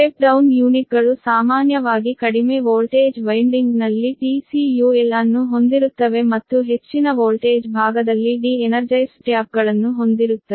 step down ಯೂನಿಟ್ಗಳು ಸಾಮಾನ್ಯವಾಗಿ ಕಡಿಮೆ ವೋಲ್ಟೇಜ್ ವೈನ್ಡಿಂಗ್ನಲ್ಲಿ TCUL ಅನ್ನು ಹೊಂದಿರುತ್ತವೆ ಮತ್ತು ಹೆಚ್ಚಿನ ವೋಲ್ಟೇಜ್ ಭಾಗದಲ್ಲಿ ಡಿ ಎನರ್ಜೈಸ್ಡ್ ಟ್ಯಾಪ್ಗಳನ್ನು ಹೊಂದಿರುತ್ತವೆ